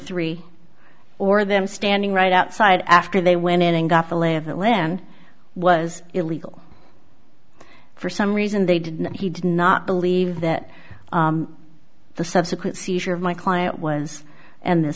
three or them standing right outside after they went in and got the lay of the land was illegal for some reason they did he did not believe that the subsequent seizure of my client was and the